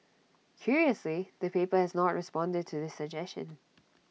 curiously the paper has not responded to this suggestion